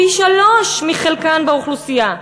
פי-שלושה מחלקן באוכלוסייה.